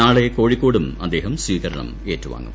നാളെ കോഴിക്കോടും അദ്ദേഹം സ്വീകരണം ഏറ്റുവാങ്ങും